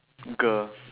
girl